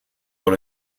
dans